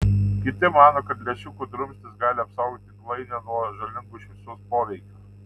kiti mano kad lęšiuko drumstys gali apsaugoti tinklainę nuo žalingo šviesos poveikio